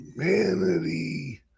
humanity